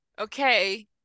okay